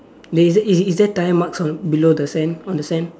is is there tyre marks on below the sand on the sand